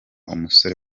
umusore